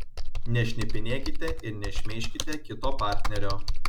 nešnipinėkite ir nešmeižkite kito partnerio